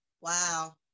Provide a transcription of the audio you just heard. wow